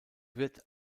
wird